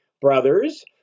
brothers